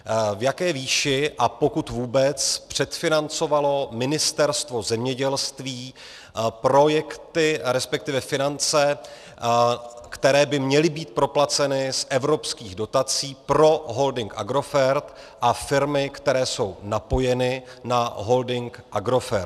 V jaké výši, a pokud vůbec, předfinancovalo Ministerstvo zemědělství projekty, respektive finance, které by měly být proplaceny z evropských dotací pro holding Agrofert a firmy, které jsou napojeny na holding Agrofert?